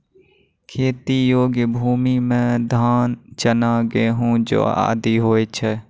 खेती योग्य भूमि म धान, चना, गेंहू, जौ आदि होय छै